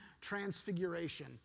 transfiguration